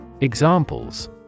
Examples